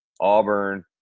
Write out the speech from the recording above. Auburn